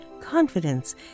confidence